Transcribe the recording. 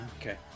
okay